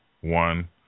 one